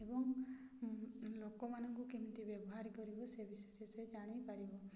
ଏବଂ ଲୋକମାନଙ୍କୁ କେମିତି ବ୍ୟବହାର କରିବ ସେ ବିଷୟରେ ସେ ଜାଣିପାରିବ